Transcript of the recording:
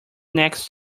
next